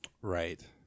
right